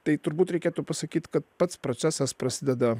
tai turbūt reikėtų pasakyt kad pats procesas prasideda